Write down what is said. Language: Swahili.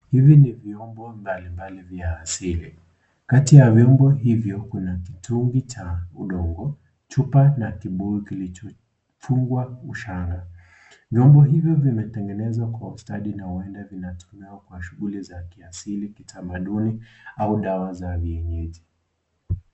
Hivi ni vyombo mbalimbali vya asili kati ya vyombo hivyo kuna kitumbi cha udongo chupa na kibuyu kilichofungwa ushanga. Vyombo hivyo vimetengenezwa kwa ustadi na huenda vinatumiwa kwa shughuli za kiasili kitamaduni au dawa za vienyeji.